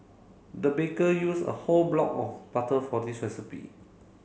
the baker use a whole block of butter for this recipe